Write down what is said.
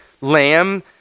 lamb